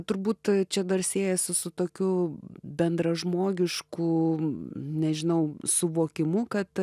turbūt čia dar siejasi su tokiu bendražmogišku nežinau suvokimu kad